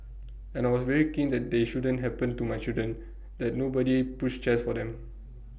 and I was very keen that they shouldn't happen to my children that nobody pushed chairs for them